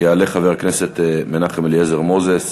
יעלה חבר הכנסת מנחם אליעזר מוזס.